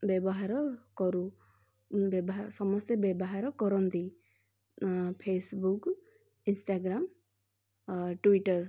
ବ୍ୟବହାର କରୁ ବ୍ୟବ ସମସ୍ତେ ବ୍ୟବହାର କରନ୍ତି ଫେସବୁକ୍ ଇନଷ୍ଟାଗ୍ରାମ୍ ଆଉ ଟୁଇଟର୍